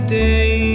day